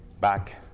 Back